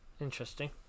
Interesting